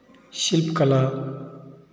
शिल्प कला